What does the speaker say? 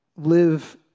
live